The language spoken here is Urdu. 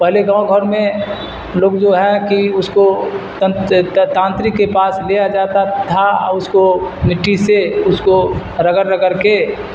پہلے گاؤں گھر میں لوگ جو ہے کہ اس کو تانترک کے پاس لیا جاتا تھا اس کو مٹی سے اس کو رگڑ رگڑ کے